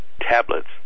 tablets